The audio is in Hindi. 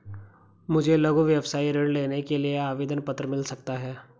मुझे लघु व्यवसाय ऋण लेने के लिए आवेदन पत्र मिल सकता है?